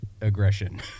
aggression